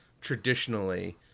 traditionally